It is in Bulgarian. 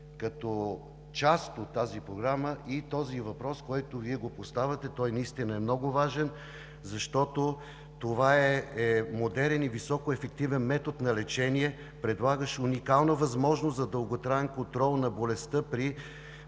като част от тази програма и този въпрос, който Вие поставяте. Той наистина е много важен, защото това е модерен и високоефективен метод на лечение, предлагащ уникална възможност за дълготраен контрол на болестта при